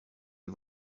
est